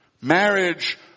Marriage